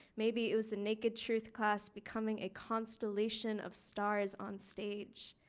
maybe it was a naked truth class becoming a constellation of stars on stage.